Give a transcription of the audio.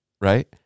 Right